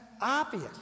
obvious